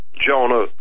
Jonah